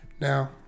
Now